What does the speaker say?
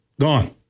Gone